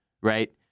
right